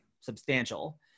substantial